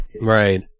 Right